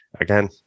again